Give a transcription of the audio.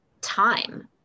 time